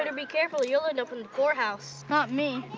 and be careful, you'll end up in the poor house. not me.